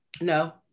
No